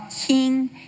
king